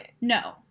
No